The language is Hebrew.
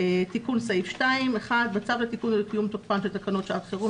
תיקון סעיף 2. 1. בצו לתיקון ולקיום תוקפן של תקנות שעת חירום